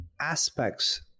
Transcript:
aspects